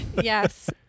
yes